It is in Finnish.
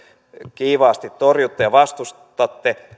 kiivaasti torjutte ja vastustatte